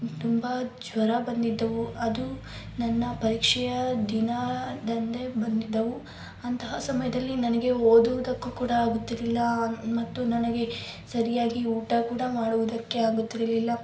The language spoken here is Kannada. ತುಂಬ ಜ್ವರ ಬಂದಿದ್ದವು ಅದು ನನ್ನ ಪರೀಕ್ಷೆಯ ದಿನದಂದೇ ಬಂದಿದ್ದವು ಅಂತಹ ಸಮಯದಲ್ಲಿ ನನಗೆ ಓದುವುದಕ್ಕೂ ಕೂಡ ಆಗುತ್ತಿರಲಿಲ್ಲ ಮತ್ತು ನನಗೆ ಸರಿಯಾಗಿ ಊಟ ಕೂಡ ಮಾಡುವುದಕ್ಕೆ ಆಗುತ್ತಿರಲಿಲ್ಲ